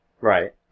Right